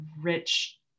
rich